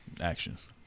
Actions